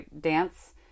dance